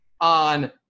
on